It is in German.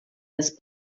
das